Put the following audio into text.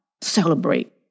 celebrate